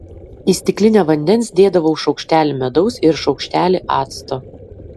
į stiklinę vandens dėdavau šaukštelį medaus ir šaukštelį acto